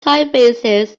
typefaces